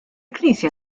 knisja